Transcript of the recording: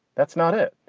that's not it.